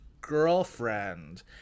girlfriend